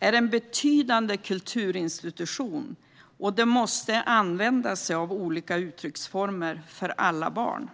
är en betydande kulturinstitution och måste använda olika uttrycksformer för alla barn.